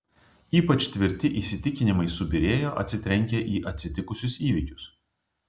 ypač tvirti įsitikinimai subyrėjo atsitrenkę į atsitikusius įvykius